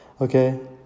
okay